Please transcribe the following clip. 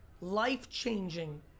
life-changing